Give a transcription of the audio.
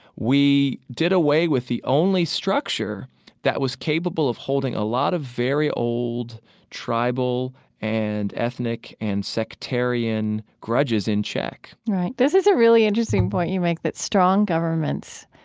we did away with the only structure that was capable of holding a lot of very old tribal and ethnic and sectarian grudges in check right. this is a really interesting point you make, that strong governments